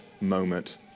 moment